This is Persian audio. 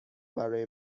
برای